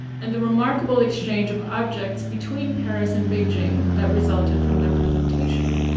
and the remarkable exchange of objects between paris and beijing that resulted from their presentation.